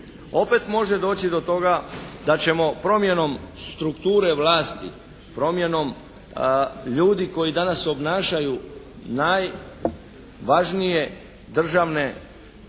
opet može doći do toga da ćemo promjenom strukture vlasti, promjenom ljudi koji danas obnašaju najvažnije državne uloge